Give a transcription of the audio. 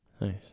Nice